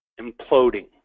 imploding